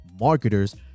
marketers